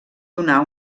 donar